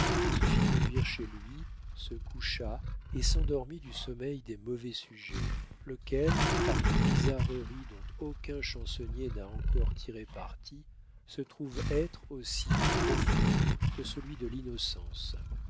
se fit conduire chez lui se coucha et s'endormit du sommeil des mauvais sujets lequel par une bizarrerie dont aucun chansonnier n'a encore tiré parti se trouve être aussi profond que celui de l'innocence